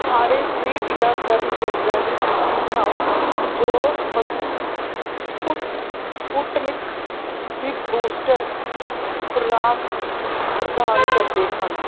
ਸਾਰੇ ਫ੍ਰੀ ਟੀਕਾਕਰਨ ਕੇਂਦਰਾਂ ਦੀ ਸੂਚੀ ਬਣਾਓ ਜੋ ਸਪ ਸਪੁਟ ਸਪੁਟਨਿਕ ਦੀ ਬੂਸਟਰ ਖੁਰਾਕ ਪ੍ਰਦਾਨ ਕਰਦੇ ਹਨ